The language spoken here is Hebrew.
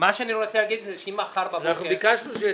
אנחנו ביקשנו שתרוויחו.